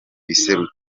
ibisekuruza